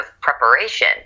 preparation